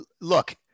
Look